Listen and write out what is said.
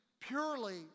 purely